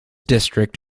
district